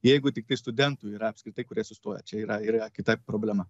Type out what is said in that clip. jeigu tiktai studentų yra apskritai kurie sustoja čia yra yra kita problema